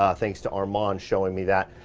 um thanks to armand showing me that.